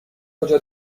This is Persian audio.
کجا